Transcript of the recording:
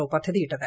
O പദ്ധതിയിട്ടത്